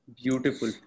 beautiful